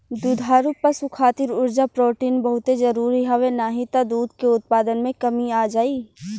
दुधारू पशु खातिर उर्जा, प्रोटीन बहुते जरुरी हवे नाही त दूध के उत्पादन में कमी आ जाई